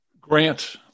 Grant